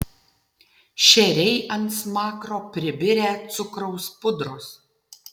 šeriai ant smakro pribirę cukraus pudros